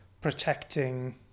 protecting